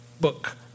book